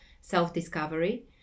self-discovery